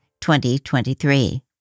2023